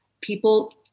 people